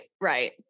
Right